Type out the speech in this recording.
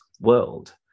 world